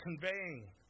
conveying